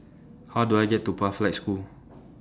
How Do I get to Pathlight School